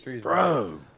Bro